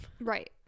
right